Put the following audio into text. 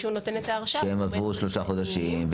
שהוא נותן את ההכשרה --- שהם עברו שלושה חודשים,